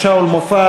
השלמת הטיפול במפוני,